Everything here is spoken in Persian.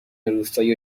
روستایی